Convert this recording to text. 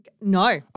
No